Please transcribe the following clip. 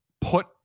put